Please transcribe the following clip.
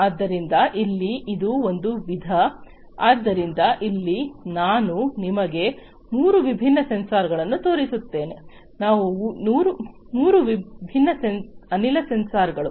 ಆದ್ದರಿಂದ ಇಲ್ಲಿ ಇದು ಒಂದು ವಿಧ ಆದ್ದರಿಂದ ಇಲ್ಲಿ ನಾನು ನಿಮಗೆ ಮೂರು ವಿಭಿನ್ನ ಸೆನ್ಸಾರ್ಗಳನ್ನು ತೋರಿಸುತ್ತೇನೆ ಇವು ಮೂರು ವಿಭಿನ್ನ ಅನಿಲ ಸೆನ್ಸಾರ್ಗಳು